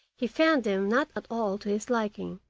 he found them not at all to his liking,